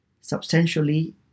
substantially